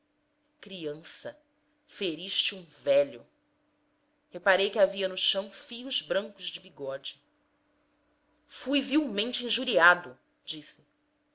criança feriste um velho reparei que havia no chão fios brancos de bigode fui vilmente injuriado disse